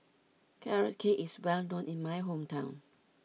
Carrot Cake is well known in my hometown